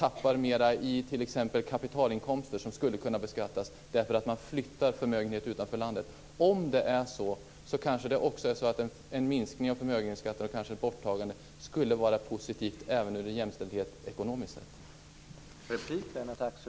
Tappar vi mer i t.ex. kapitalinkomster som skulle kunna beskattas därför att man flyttar förmögenheter utanför landet? Om det är på det viset är det kanske också så att en minskning av förmögenhetsskatten och kanske ett borttagande skulle vara positivt från jämställdhetssynpunkt och ekonomiskt sett.